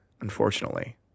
unfortunately